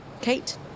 Kate